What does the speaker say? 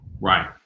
Right